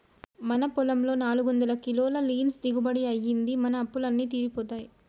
మన పొలంలో నాలుగొందల కిలోల లీన్స్ దిగుబడి అయ్యింది, మన అప్పులు అన్నీ తీరిపోతాయి